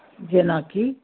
जेनाकि